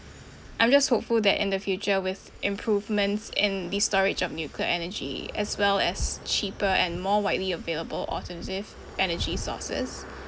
I'm just hopeful that in the future with improvements in the storage of nuclear energy as well as cheaper and more widely available alternative energy sources